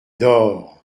d’or